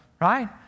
right